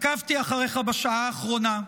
עקבתי אחריך בשעה האחרונה.